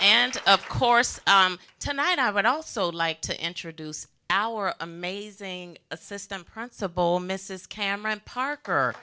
and of course tonight i would also like to introduce our amazing assistant principal mrs cameron parker